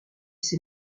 ses